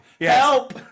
Help